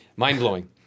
Mind-blowing